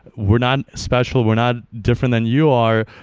we're not special. we're not different than you are.